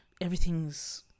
everything's